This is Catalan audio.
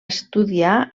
estudiar